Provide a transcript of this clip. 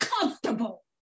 comfortable